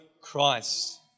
Christ